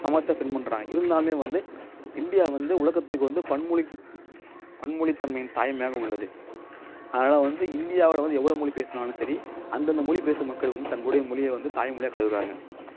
சமத்த பின் பண்ணுறாங்க இருந்தாலுமே வந்து இந்தியா வந்து உலகத்துக்கு வந்து பன்மொழிக்கு பன்மொழித் தன்மையின் தாய்மையாக உள்ளது அதனால் வந்து இந்தியாவில் வந்து எவ்வளோ மொழி பேசுனாலும் சரி அந்தந்த மொழி பேசும் மக்கள் வந்து தங்களுடைய மொழியை வந்து தாய் மொழியாக கருதுகிறாங்க